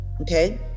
Okay